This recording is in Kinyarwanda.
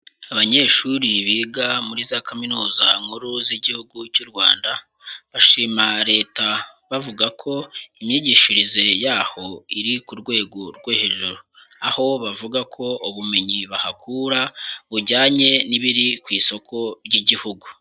Abanyeshuri biga muri za Kaminuza Nkuru z'Igihugu cy'u Rwanda, bashima leta bavuga ko imyigishirize yaho iri ku rwego rwo hejuru. Aho bavuga ko ubumenyi bahakura, bujyanye n'ibiri ku isoko ry'igihugu.